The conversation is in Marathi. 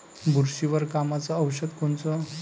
बुरशीवर कामाचं औषध कोनचं?